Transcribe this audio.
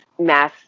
mass